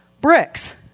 bricks